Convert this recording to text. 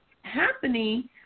happening